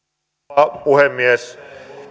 arvoisa rouva puhemies